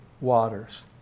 waters